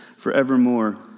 forevermore